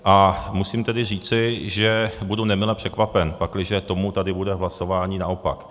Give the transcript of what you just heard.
A musím tedy říci, že budu nemile překvapen, pakliže tomu tady bude v hlasování naopak.